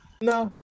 No